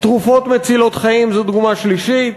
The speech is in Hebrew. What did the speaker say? תרופות מצילות חיים הן דוגמה שלישית.